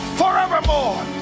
forevermore